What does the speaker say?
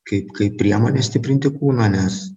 kaip kaip priemonė stiprinti kūną nes